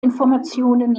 informationen